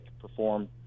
perform